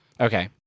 Okay